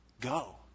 Go